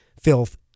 Filth